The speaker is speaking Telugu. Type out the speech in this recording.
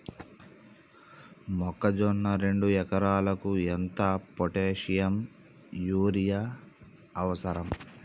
మొక్కజొన్న రెండు ఎకరాలకు ఎంత పొటాషియం యూరియా అవసరం?